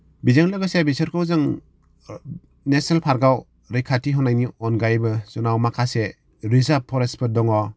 बिजों लोगोसे बिसोरखौ जों नेसनेल पार्काव रैखाथि होनायनि अनगायैबो जुना माखासे रिजार्ब फरेस्टफोर दङ